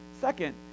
Second